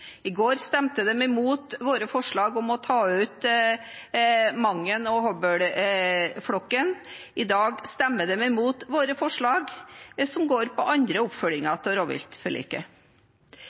I går stemte de imot våre forslag om å ta ut Mangen- og Hobøl-flokkene. I dag stemmer de imot våre forslag som angår andre oppfølginger av rovviltforliket.